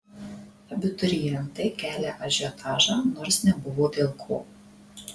abiturientai kelią ažiotažą nors nebuvo dėl ko